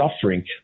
suffering